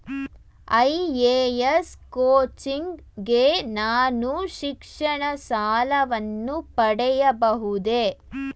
IAS coaching ಗೆ ನಾನು ಶಿಕ್ಷಣ ಸಾಲವನ್ನು ಪಡೆಯಬಹುದೇ?